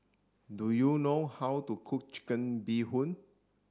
do you know how to cook chicken bee hoon